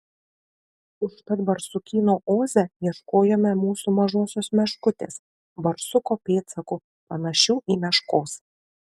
užtat barsukyno oze ieškojome mūsų mažosios meškutės barsuko pėdsakų panašių į meškos